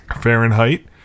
Fahrenheit